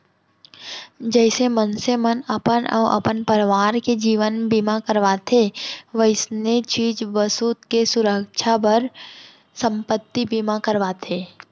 जइसे मनसे मन अपन अउ अपन परवार के जीवन बीमा करवाथें वइसने चीज बसूत के सुरक्छा बर संपत्ति बीमा करवाथें